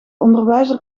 onderwijzer